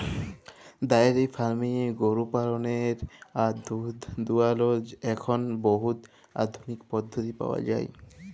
diary ফার্মিংয়ে গরু পাললেরলে আর দুহুদ দুয়ালর এখল বহুত আধুলিক পদ্ধতি পাউয়া যায়